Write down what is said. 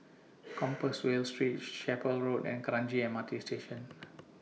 Compassvale Street Chapel Road and Kranji M R T Station